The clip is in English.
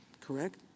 correct